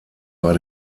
war